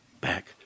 back